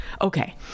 Okay